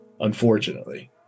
unfortunately